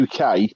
UK